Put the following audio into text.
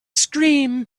scream